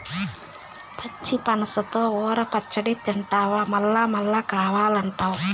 పచ్చి పనసతో ఊర పచ్చడి తింటివా మల్లమల్లా కావాలంటావు